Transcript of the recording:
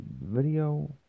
video